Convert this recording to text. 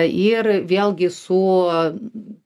ir vėlgi su